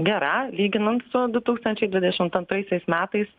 gera lyginant su du tūkstančiai dvidešim antraisiais metais